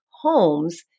homes